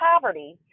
poverty